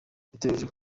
biteganyijwe